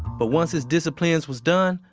but once his disciplines was done,